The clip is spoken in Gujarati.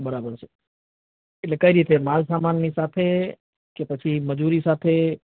બરાબર છે એટલે કઈ રીતે માલ સામાનની સાથે કે પછી મજૂરી સાથે